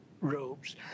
robes